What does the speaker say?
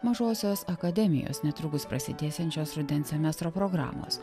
mažosios akademijos netrukus prasidėsiančios rudens semestro programos